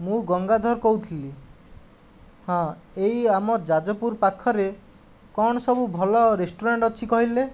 ମୁଁ ଗଙ୍ଗାଧର କହୁଥିଲି ହଁ ଏହି ଆମ ଯାଜପୁର ପାଖରେ କ'ଣ ସବୁ ଭଲ ରେଷ୍ଟୁରାଣ୍ଟ ଅଛି କହିଲେ